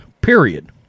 period